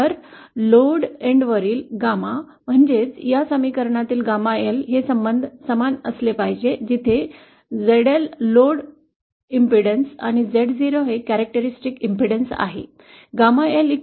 तर लोड समाप्तीवरील 𝚪 म्हणजेच या समीकरणातील 𝚪 हे संबंध समान असले पाहिजेत जिथे ZL लोड ओझे आणि Z0 हे वैशिष्ट्यपूर्ण प्रतिरोध आहे